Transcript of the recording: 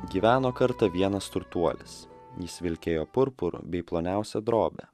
gyveno kartą vienas turtuolis jis vilkėjo purpuru bei ploniausia drobe